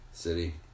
City